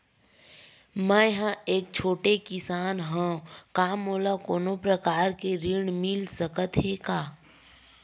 मै ह एक छोटे किसान हंव का मोला कोनो प्रकार के ऋण मिल सकत हे का?